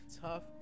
tough